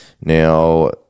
Now